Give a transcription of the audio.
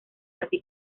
así